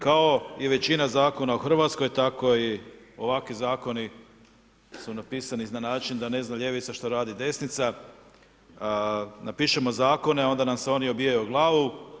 Kao i većina zakona u Hrvatskoj, tako i ovakvi zakoni, su napisani na način, da ne zna ljevica što radi desnica, napišemo zakone, onda nam se oni obijaju u glavu.